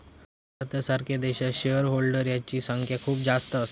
भारतासारख्या देशात shareholder यांची संख्या खूप जास्त असा